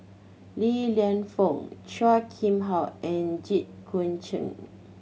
Li Lienfung Chua Kim How and Jit Koon Ch'ng